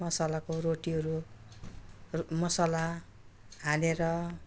मसालाको रोटीहरू रु मसाला हालेर